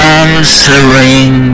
answering